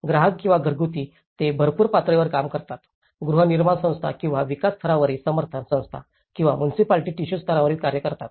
ग्राहक किंवा घरगुती ते भरपुर पातळीवर काम करतात गृहनिर्माण संस्था किंवा विकास स्तरावरील समर्थन संस्था किंवा मुनिसिपालिटी टिशू स्तरावर कार्य करतात